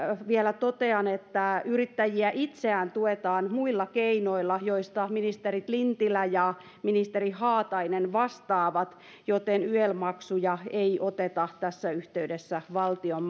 vielä totean että yrittäjiä itseään tuetaan muilla keinoilla joista ministeri lintilä ja ministeri haatainen vastaavat joten yel maksuja ei oteta tässä yhteydessä valtion